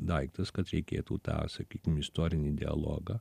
daiktas kad reikėtų tą sakykim istorinį dialogą